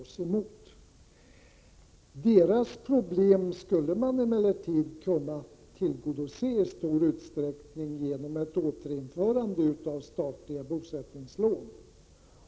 Dessa ungdomars problem skall man emellertid i stor utsträckning kunna tillgodose genom ett återinförande av statliga bosättningslån.